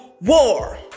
war